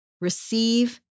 receive